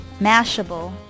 Mashable